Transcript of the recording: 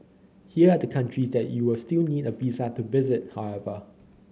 here are the countries that you'll still need a visa to visit however